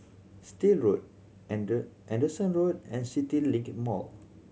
Still Road Anderson Road and CityLink Mall